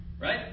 Right